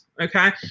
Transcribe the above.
Okay